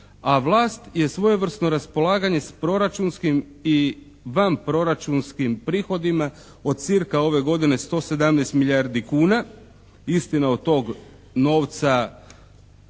a vlast je svojevrsno raspolaganje s proračunskim i vanproračunskim prihodima od cca ove godine 117 milijardi kuna. Istina, od tog novca